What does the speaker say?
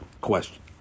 question